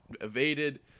evaded